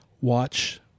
Watch